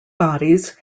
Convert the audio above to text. bodies